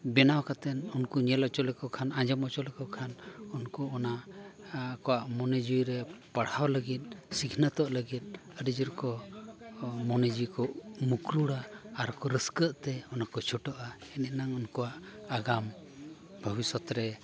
ᱵᱮᱱᱟᱣ ᱠᱟᱛᱮᱫ ᱩᱱᱠᱩ ᱧᱮᱞ ᱦᱚᱪᱚ ᱞᱮᱠᱚ ᱠᱷᱟᱱ ᱟᱸᱡᱚᱢ ᱦᱚᱪᱚ ᱞᱮᱠᱚ ᱠᱷᱟᱱ ᱩᱱᱠᱩ ᱚᱱᱟ ᱟᱠᱚᱣᱟᱜ ᱢᱚᱱᱮ ᱡᱤᱣᱤ ᱨᱮ ᱯᱟᱲᱦᱟᱣ ᱞᱟᱹᱜᱤᱫ ᱥᱤᱠᱷᱱᱟᱹᱛᱚᱜ ᱞᱟᱹᱜᱤᱫ ᱟᱹᱰᱤ ᱡᱳᱨ ᱠᱚ ᱢᱚᱱᱮ ᱡᱤᱣᱤ ᱠᱚ ᱢᱩᱠᱩᱲᱟ ᱟᱨ ᱠᱚ ᱨᱟᱹᱥᱠᱟᱹᱜ ᱛᱮ ᱚᱱᱟ ᱠᱚ ᱪᱷᱩᱴᱟᱹᱜᱼᱟ ᱮᱱ ᱮᱱᱟᱝ ᱩᱱᱠᱩᱣᱟᱜ ᱟᱜᱟᱢ ᱵᱷᱚᱵᱤᱥᱥᱚᱛ ᱨᱮ